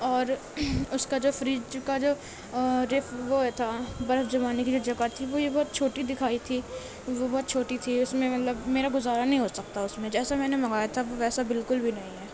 اور اس کا جو فریج کا جو وہ تھا برف جمانے کے لیے جگہ تھی وہ یہ بہت چھوٹی دکھائی تھی وہ بہت چھوٹی تھی اس میں مطلب میرا گزارا نہیں ہو سکتا اس میں جیسے میں نے منگایا تھا وہ ویسا بالکل بھی نہیں ہے